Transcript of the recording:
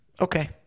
Okay